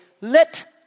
let